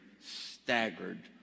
staggered